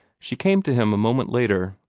she came to him a moment later,